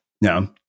No